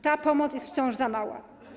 Ta pomoc jest wciąż za mała.